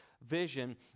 vision